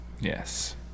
Yes